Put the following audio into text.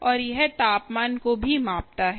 और यह तापमान को भी मापता है